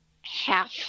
half